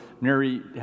Mary